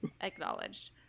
acknowledged